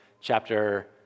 Chapter